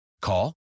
Call